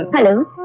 hello.